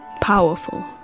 powerful